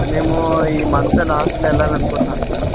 మేము ఈ మంత్ లాస్ట్లో వెళ్ళాలనుకుంటున్నాం సార్